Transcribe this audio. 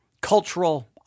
cultural